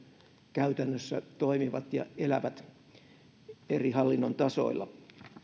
käytännössä toimivat ja elävät eri hallinnon tasoilla